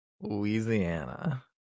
Louisiana